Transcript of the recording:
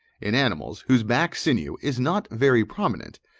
in animals whose back sinew is not very prominent,